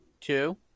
two